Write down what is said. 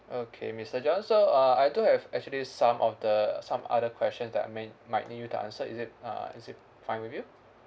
okay mister john so uh I do have actually some of the some other question that I mi~ might need you to answer is it uh is it fine with you